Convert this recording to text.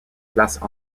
placent